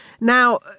Now